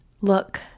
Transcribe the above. Look